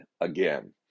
again